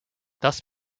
thus